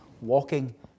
walking